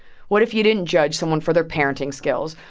what if you didn't judge someone for their parenting skills?